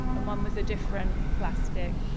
um um was a different plastic,